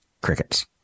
crickets